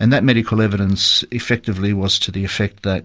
and that medical evidence effectively was to the effect that